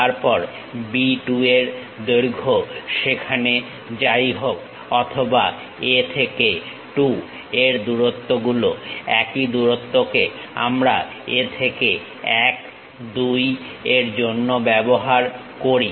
তারপর B 2 এর দৈর্ঘ্য সেখানে যাই হোক অথবা A থেকে 2 এর দূরত্বগুলো একই দূরত্বকে আমরা A থেকে 1 2 এর জন্য ব্যবহার করি